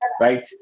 right